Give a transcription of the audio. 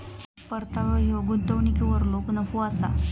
परतावो ह्यो गुंतवणुकीवरलो नफो असा